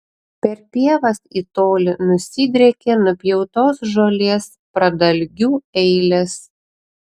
per pievas į tolį nusidriekė nupjautos žolės pradalgių eilės